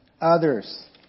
others